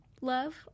love